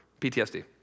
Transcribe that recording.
PTSD